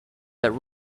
that